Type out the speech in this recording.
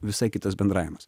visai kitas bendravimas